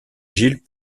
gilles